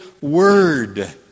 word